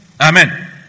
Amen